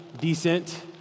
decent